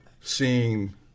seeing